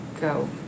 go